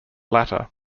latter